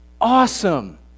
awesome